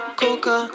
coca